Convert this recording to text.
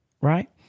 right